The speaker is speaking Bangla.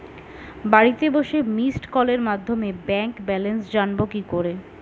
বাড়িতে বসে মিসড্ কলের মাধ্যমে ব্যাংক ব্যালেন্স জানবো কি করে?